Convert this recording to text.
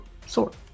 sword